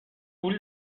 پول